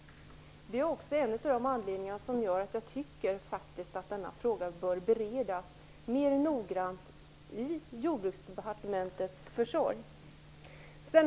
Det är också en av anledningarna till att jag faktiskt anser att denna fråga bör beredas mer noggrant i Jordbruksdepartementet.